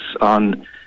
on